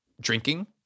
drinking